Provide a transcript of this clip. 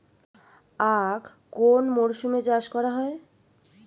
আখ কোন মরশুমে চাষ করা হয়?